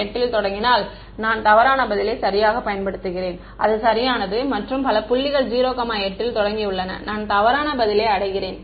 நான் 08 ல் தொடங்கினால் நான் தவறான பதிலை சரியாகப் பயன்படுத்துகிறேன் அது சரியானது மற்றும் பல புள்ளிகள் 08 ல் தொடங்கியுள்ளன நான் தவறான பதிலை அடைகிறேன்